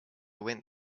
went